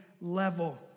level